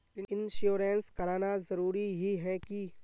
Insurance कराना जरूरी ही है की?